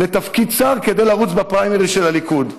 לתפקיד שר כדי לרוץ בפריימריז של הליכוד".